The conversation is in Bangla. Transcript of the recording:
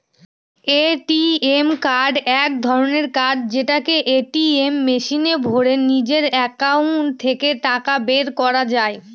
এ.টি.এম কার্ড এক ধরনের কার্ড যেটাকে এটিএম মেশিনে ভোরে নিজের একাউন্ট থেকে টাকা বের করা যায়